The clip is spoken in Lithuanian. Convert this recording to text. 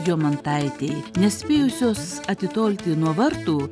jomantaitei nespėjusios atitolti nuo vartų